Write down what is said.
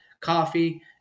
coffee